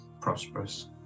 Prosperous